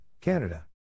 Canada